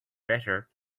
better